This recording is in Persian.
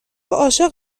عاشق